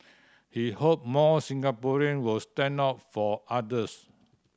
he hope more Singaporean will stand up for others